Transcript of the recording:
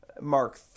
Mark